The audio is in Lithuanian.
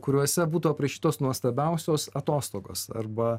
kuriuose būtų aprašytos nuostabiausios atostogos arba